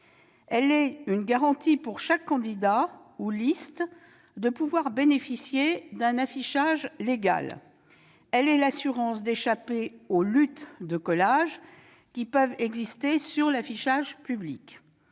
Elle est une garantie pour chaque candidat ou liste de pouvoir bénéficier d'un affichage égal. Elle est l'assurance d'échapper aux luttes de collage qui peuvent exister sur l'affichage public.